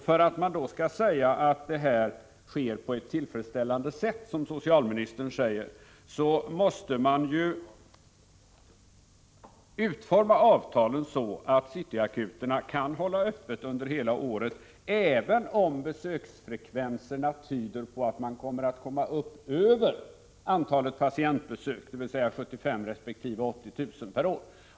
För att anpassningarna skall kunna ske på ett tillfredsställande sätt, som socialministern säger, måste avtalen utformas så att City-akuterna kan hålla öppet under hela året, även om - besöksfrekvenserna tyder på att antalet patientbesök blir större än 75 000 resp. 80 000 per år.